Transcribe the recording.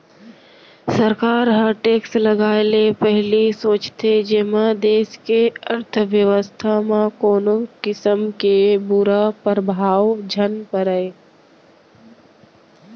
सरकार ह टेक्स लगाए ले पहिली सोचथे जेमा देस के अर्थबेवस्था म कोनो किसम के बुरा परभाव झन परय